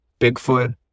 Bigfoot